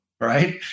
Right